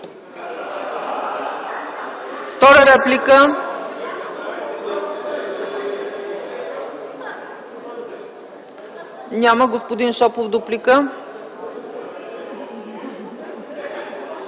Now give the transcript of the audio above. Втора реплика? Няма. Господин Шопов – дуплика.